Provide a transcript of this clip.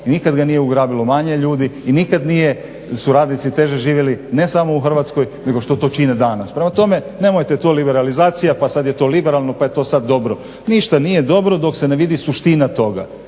nikad ga nije ugrabilo manje ljudi i nikad nisu radnici teže živjeli, ne samo u Hrvatskoj nego što to čine danas. Prema tome, nemojte to liberalizacija pa sad je to liberalno pa je to sad dobro. Ništa nije dobro dok se ne vidi suština toga